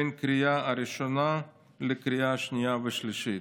בין הקריאה הראשונה לקריאה שנייה ושלישית".